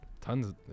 tons